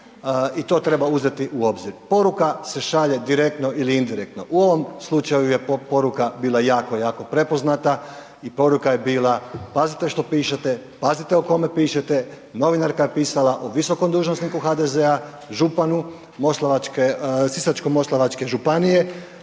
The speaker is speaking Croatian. i to treba uzeti u obzir. Poruka se šalje direktno ili indirektno, u ovom slučaju je poruka bila jako, jako prepoznata i poruka je bila, pazite što pišete, pazite o kome pišete, novinarka je pisala o visokom dužnosniku HDZ-a, županu sisačko-moslavačke županije